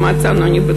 אם אתם זוכרים,